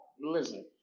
listen